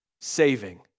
saving